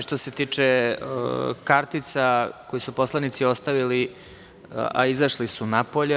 Što se tiče kartica koje su poslanici ostavili, a izašli su napolje.